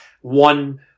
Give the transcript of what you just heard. one